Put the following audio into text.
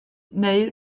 neu